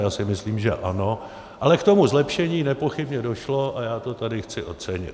Já si myslím, že ano, ale k tomu zlepšení nepochybně došlo a já to tady chci ocenit.